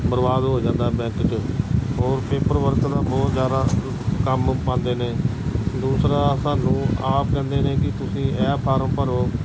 ਬਰਬਾਦ ਹੋ ਜਾਂਦਾ ਬੈਂਕ 'ਚ ਹੋਰ ਪੇਪਰ ਵਰਕ ਦਾ ਬਹੁਤ ਜ਼ਿਆਦਾ ਕੰਮ ਪਾਉਂਦੇ ਨੇ ਦੂਸਰਾ ਸਾਨੂੰ ਆਪ ਕਹਿੰਦੇ ਨੇ ਕਿ ਤੁਸੀਂ ਇਹ ਫਾਰਮ ਭਰੋ